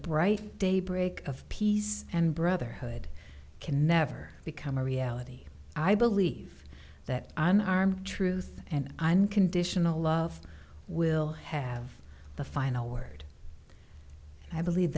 bright day break of peace and brotherhood can never become a reality i believe that an armed truth and i'm conditional love will have the final word i believe